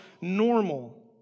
normal